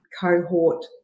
cohort